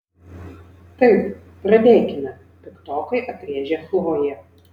taip pradėkime piktokai atrėžė chlojė